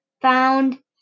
found